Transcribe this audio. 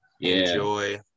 enjoy